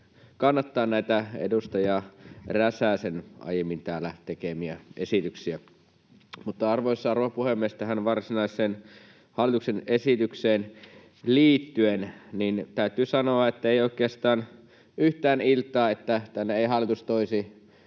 kannattaa näitä edustaja Räsäsen aiemmin täällä tekemiä esityksiä. Arvoisa rouva puhemies! Tähän varsinaiseen hallituksen esitykseen liittyen täytyy sanoa, ettei oikeastaan yhtään iltaa, että tänne ei hallitus toisi